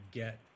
get